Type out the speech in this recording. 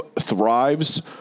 Thrive's